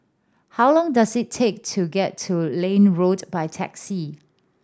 how long does it take to get to Liane Road by taxi